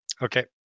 Okay